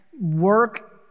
work